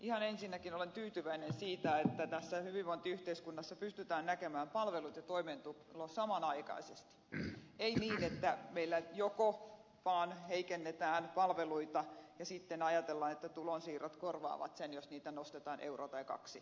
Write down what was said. ihan ensinnäkin olen tyytyväinen siitä että tässä hyvinvointiyhteiskunnassa pystytään näkemään palvelut ja toimeentulo samanaikaisesti ei niin että meillä joko vaan heikennetään palveluita ja sitten ajatellaan että tulonsiirrot korvaavat sen jos niitä nostetaan euro tai kaksi